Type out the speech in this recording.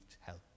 help